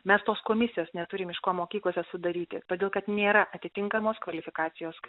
mes tos komisijos neturim iš ko mokyklose sudaryti todėl kad nėra atitinkamos kvalifikacijos